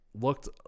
looked